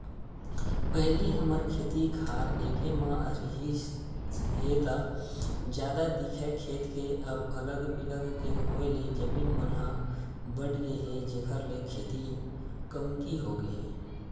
पहिली हमर खेत खार एके म रिहिस हे ता जादा दिखय खेत के अब अलग बिलग के होय ले जमीन मन ह बटगे हे जेखर ले खेती कमती होगे हे